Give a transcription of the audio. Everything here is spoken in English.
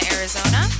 Arizona